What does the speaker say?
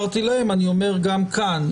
הנאמן.